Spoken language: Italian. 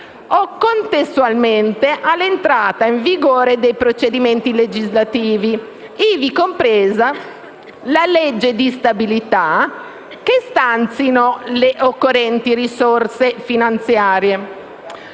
o contestualmente all'entrata in vigore dei provvedimenti legislativi, ivi compresa la legge di stabilità, che stanzino le occorrenti risorse finanziarie.